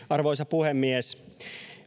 arvoisa puhemies